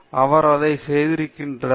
பலர் அதை செய்திருக்கிறார்கள்